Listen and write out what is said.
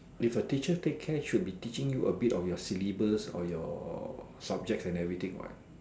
if a teacher take care should be teaching you a bit of your syllabus or your subjects and everything what